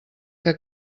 que